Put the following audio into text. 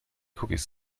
cookies